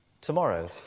tomorrow